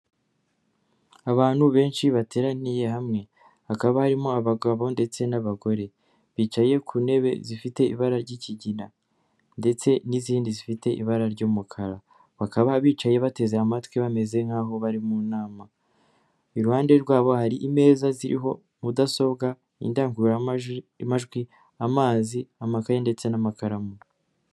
Abantu benshi bateraniye hamwe hakaba harimo abagabo ndetse n'abagore bicaye ku ntebe zifite ibara ry'ikigina ndetse n'izindi zifite ibara ry'umukara, bakaba bicaye bateze amatwi bameze nkaho bari mu nama iruhande rwabo hari imeza ziriho mudasobwa, indangururamajwimajwi, amaz,i amagaye ndetse n'amakaramu.